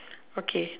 okay